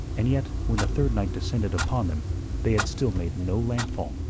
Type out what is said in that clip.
and yet when the third night descended upon them they had still made no landfall.